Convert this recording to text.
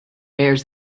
bears